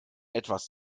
etwas